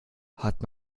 hat